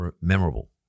memorable